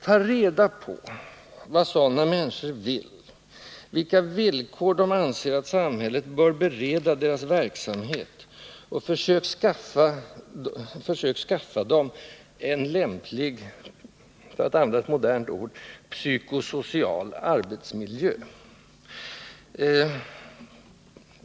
Tag reda på vad sådana människor vill, vilka villkor de anser att samhället bör bereda deras verksamhet och försök skaffa dem en lämplig, för att använda ett modernt ord, ”psykosocial” arbetsmiljö!